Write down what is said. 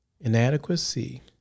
Inadequacy